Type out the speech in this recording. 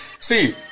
See